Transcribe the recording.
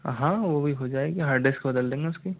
हाँ वो भी हो जाएगी हार्डडिस्क बदल देंगे उसकी